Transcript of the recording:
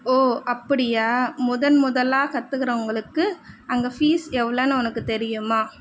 ஓ அப்படியா முதன்முதலாக கற்றுகிறவங்களுக்கு அங்கே ஃபீஸ் எவ்வளோன்னு உனக்கு தெரியுமா